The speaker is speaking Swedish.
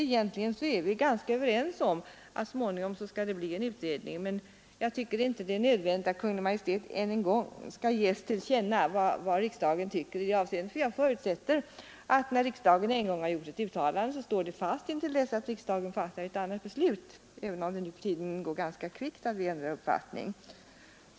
Egentligen är vi ganska överens om att det så småningom skall bli en utredning, men jag tycker inte att det är nödvändigt att Kungl. Maj:t än en gång skall ges till känna vad riksdagen tycker i det avseendet. Jag förutsätter att när riksdagen en gång gjort ett uttalande, står detta fast till dess att riksdagen fattar ett annat beslut, även om det går ganska kvickt att nu för tiden ändra uppfattning.